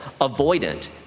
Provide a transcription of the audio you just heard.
avoidant